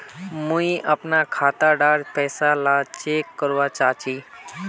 मुई अपना खाता डार पैसा ला चेक करवा चाहची?